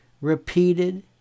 repeated